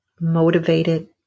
motivated